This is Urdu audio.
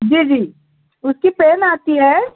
جی جی اُس کی پین آتی ہے